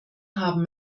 haben